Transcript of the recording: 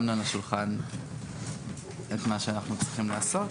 אנחנו שמנו על השולחן את מה שאנחנו צריכים לעשות,